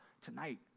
tonight